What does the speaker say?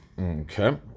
Okay